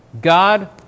God